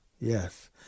yes